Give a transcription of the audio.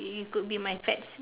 it could be my fats